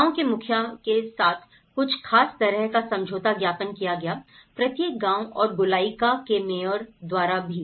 गाँव के मुखिया के साथ कुछ खास तरह का समझौता ज्ञापन किया गया प्रत्येक गांव और गोलियाका के मेयर द्वारा भी